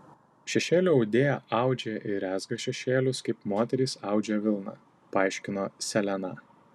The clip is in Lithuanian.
šešėlių audėja audžia ir rezga šešėlius kaip moterys audžia vilną paaiškino seleną